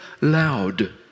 loud